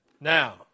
Now